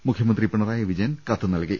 മുഖ്യമന്ത്രി പിണറായി വിജയൻ കത്ത് നല്കി